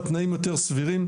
והתנאים יותר סבירים.